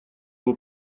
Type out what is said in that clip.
его